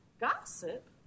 Gossip